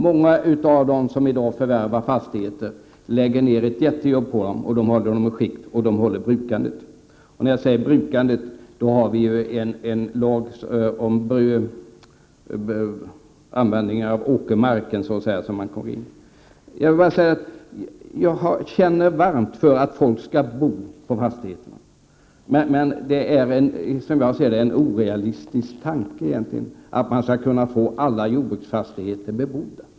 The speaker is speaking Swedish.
Många av dem som i dag förvärvar fastigheter lägger ned ett jättearbete på dem; de håller dem i skick och håller brukandet uppe. När jag säger brukandet tänker jag på de lagstadganden som finns om användningen av åkermarken. Jag känner varmt för att folk skall bo på fastigheterna, men det är som jag ser det en orealistisk tanke att man skall kunna få alla jordbruksfastigheter bebodda.